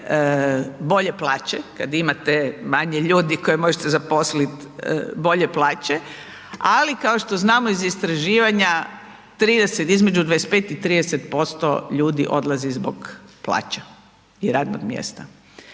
bolje plaće, kad imate manje ljudi koje možete zaposliti, bolje plaće, ali kao što znamo iz istraživanja, 30, između 25 i 30% ljudi odlazi zbog plaća i radnog mjesta,